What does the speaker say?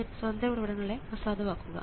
എന്നിട്ട് സ്വതന്ത്ര ഉറവിടങ്ങളെ അസാധുവാക്കുക